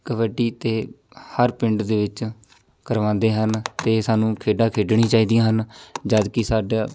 ਕਬੱਡੀ ਤਾਂ ਹਰ ਪਿੰਡ ਦੇ ਵਿੱਚ ਕਰਵਾਉਂਦੇ ਹਨ ਅਤੇ ਸਾਨੂੰ ਖੇਡਾਂ ਖੇਡਣੀ ਚਾਹੀਦੀਆਂ ਹਨ ਜਦਕਿ ਸਾਡਾ